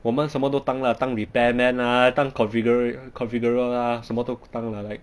我们什么都当 lah 当 repair man lah 当 configuring configurer lah 什么都当 lah like